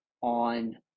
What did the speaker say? on